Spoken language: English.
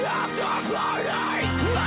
after-party